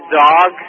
dog